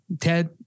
Ted